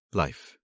life